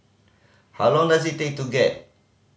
how long does it take to get